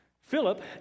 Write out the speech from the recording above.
Philip